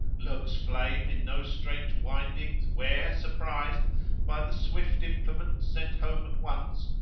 lurks flame in no strange windings where, surprised by the swift implement sent home at once,